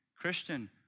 Christian